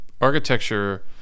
architecture